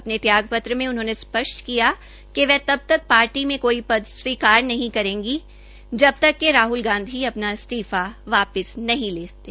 अपने त्याग पत्र में उन्होंने स्पष्ट किया कि वह तब तक पार्टी में कोई पद स्वीकार नहीं करेगी जब तक राहल गांधी अपना इस्तीफा वापिस नहीं ले लेते